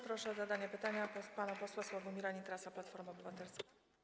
Proszę o zadanie pytania pana posła Sławomira Nitrasa, Platforma Obywatelska.